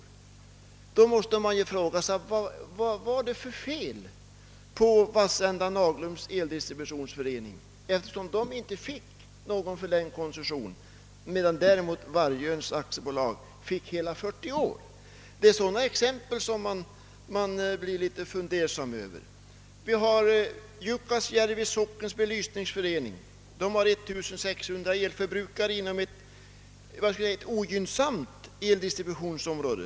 Man måste ju fråga sig: Vad var det för fel på Vassända Naglums eldistributionsförening, eftersom den icke fick förlängd koncession, medan däremot Wargöns AB fick en förlängning med 40 år? Det är sådana fall som föranlett att jag blivit litet fundersam. Vidare tar jag Jukkasjärvi sockens belysningsförening med 1600 elförbrukare inom ett ogynnsamt eldistributionsområde.